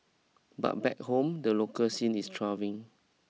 but back home the local scene is thriving